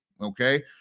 okay